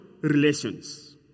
relations